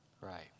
Right